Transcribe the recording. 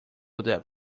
adapt